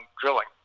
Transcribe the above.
drilling